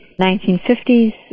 1950s